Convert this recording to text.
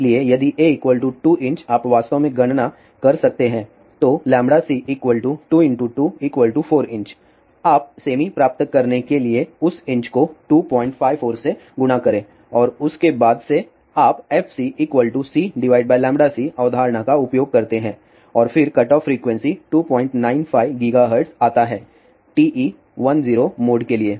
इसलिए यदि a 2" आप वास्तव में गणना कर सकते हैं तो c 2 × 2 4 आप सेमी प्राप्त करने के लिए उस इंच को 254 में गुणा करें और उसके बाद से आप fcCcअवधारणा का उपयोग करते हैं और फिर कटऑफ फ्रीक्वेंसी 295 GHz आता है TE10 मोड के लिए